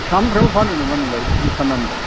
सानफ्रोमबो फानो नामा नोंलाय बिदि सारनानैलाय